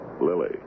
Lily